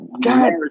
God